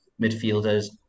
midfielders